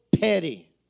petty